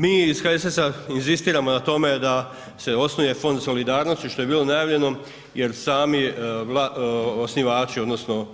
Mi iz HSS-a inzistiramo na tome da se osnuje fond solidarnosti što je bilo najavljeno jer sami osnivači odnosno